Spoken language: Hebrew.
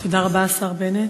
תודה רבה, השר בנט.